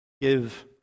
Give